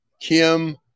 Kim